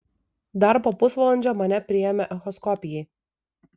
dar po pusvalandžio mane priėmė echoskopijai